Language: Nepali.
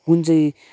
कुन चाहिँ